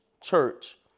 church